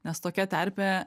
nes tokia terpė